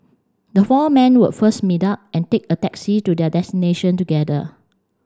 the four men would first meet up and take a taxi to their destination together